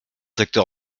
secteur